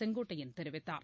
செங்கோட்டையன் தெரிவித்தார்